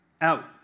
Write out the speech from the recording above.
Out